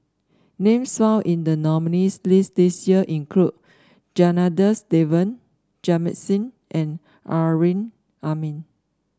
names found in the nominees' list this year include Janadas Devan Jamit Singh and Amrin Amin